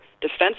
defense